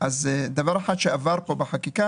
דבר אחד שעבר כאן בחקיקה,